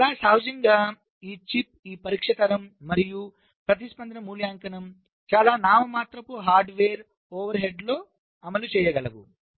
ఇప్పుడు చాలా సహజంగా ఈ చిప్ ఈ పరీక్ష తరం మరియు ప్రతిస్పందన మూల్యాంకనం చాలా నామమాత్రపు హార్డ్వేర్ ఓవర్హెడ్లతో అమలు చేయగలవు